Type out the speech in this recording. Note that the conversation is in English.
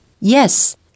Yes